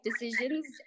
decisions